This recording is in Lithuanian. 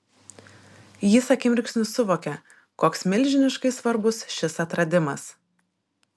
jis akimirksniu suvokė koks milžiniškai svarbus šis atradimas